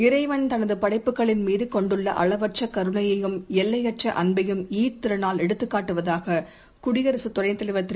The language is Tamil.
இறைவன் தனதுபடைப்புகளின் மீதகொண்டுள்ளஅளவற்றகருணையையும் எல்லையற்றஅன்பையும் ஈத் திருநாள் எடுத்துக்காட்டுவதாககுடியரசுத் துணைத் தலைவர் திரு